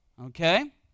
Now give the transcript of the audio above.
Okay